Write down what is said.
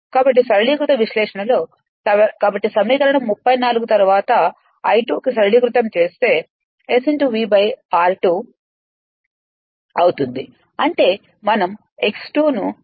కాబట్టి సరళీకృత విశ్లేషణలో కాబట్టి సమీకరణం 34 తరువాత I2 కు సరళీకృతం చేస్తే S V r2' అవుతుంది అంటే మనం x2 ను విస్మరిస్తున్నాము